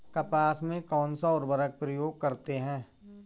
कपास में कौनसा उर्वरक प्रयोग करते हैं?